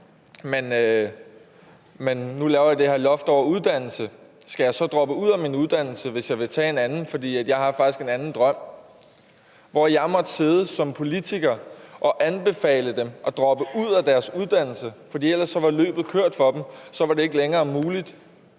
men nu laver I det her loft over uddannelse, og skal jeg så droppe ud af min uddannelse, hvis jeg vil tage en anden, for jeg har faktisk en anden drøm? Jeg måtte sidde som politiker og anbefale dem at droppe ud af deres uddannelse, for ellers var løbet kørt for dem, så var det ikke længere muligt